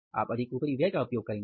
आप अधिक उपरिव्यय का उपयोग करेंगे